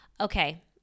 Okay